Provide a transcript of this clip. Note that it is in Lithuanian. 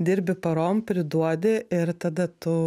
dirbi parom priduodi ir tada tu